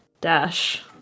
Dash